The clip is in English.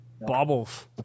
Bobbles